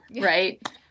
right